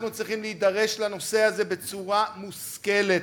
אנחנו צריכים להידרש לנושא הזה בצורה מושכלת,